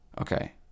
Okay